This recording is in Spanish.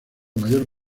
mayor